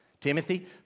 Timothy